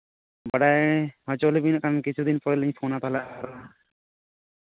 ᱵᱟᱲᱟᱭ ᱦᱚᱪᱚ ᱞᱮᱵᱤᱱ ᱠᱷᱟᱱ ᱠᱤᱪᱷᱩ ᱫᱤᱱ ᱯᱚᱨ ᱞᱤᱧ ᱯᱷᱳᱱᱼᱟ ᱛᱟᱦᱚᱞᱮ ᱟᱨ